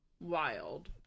wild